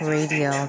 Radio